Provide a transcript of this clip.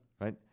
Right